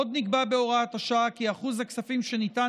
עוד נקבע בהוראת השעה כי אחוז הכספים שניתן